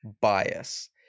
bias